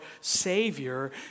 Savior